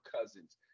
Cousins